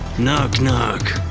knock, knock.